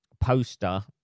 poster